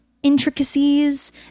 intricacies